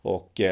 Och